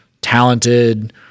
talented